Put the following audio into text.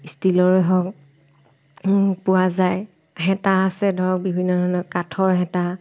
ষ্টিলৰে হওক পোৱা যায় হেতা আছে ধৰক বিভিন্ন ধৰণৰ কাঠৰ হেতা